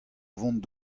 vont